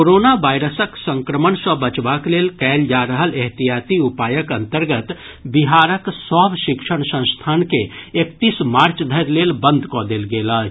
corona वायरसक संक्रमण सँ बचबाक लेल कायल जा रहल एहतियाती उपायक अन्तर्गत बिहारक सभ शिक्षण संस्थान के एकतीस मार्च धरि लेल बन्द कऽ देल गेल अछि